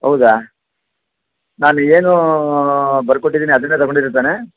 ಹೌದಾ ನಾನು ಏನು ಬರೆದು ಕೊಟ್ಟಿದ್ದೀನಿ ಅದನ್ನು ತೊಗೊಂಡಿದ್ದೀರಿ ತಾನೇ